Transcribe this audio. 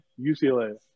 UCLA